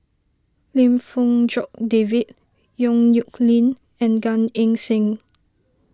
Lim Fong Jock David Yong Nyuk Lin and Gan Eng Seng